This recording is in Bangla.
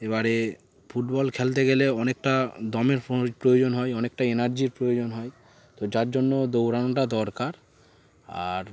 এবারে ফুটবল খেলতে গেলে অনেকটা দমের প্র প্রয়োজন হয় অনেকটা এনার্জির প্রয়োজন হয় তো যার জন্য দৌড়ানোটা দরকার আর